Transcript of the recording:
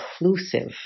inclusive